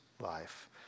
life